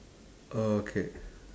okay